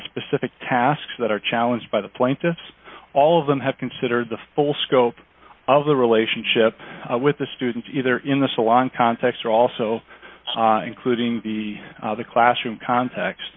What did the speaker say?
specific tasks that are challenged by the plaintiffs all of them have considered the full scope of the relationship with the students either in the salon context or also including the classroom context